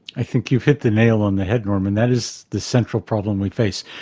i think you've hit the nail on the head, norman, that is the central problem we face.